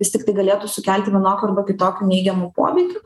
vis tiktai galėtų sukelti vienokių arba kitokių neigiamų poveikių